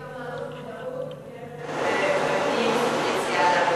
חשוב להעלות למודעות את היציאה לעבודה.